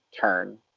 turn